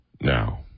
now